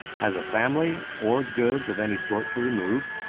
has a family or goods of any sort to remove,